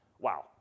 Wow